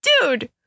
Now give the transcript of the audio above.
Dude